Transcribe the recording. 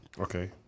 Okay